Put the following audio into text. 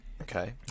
okay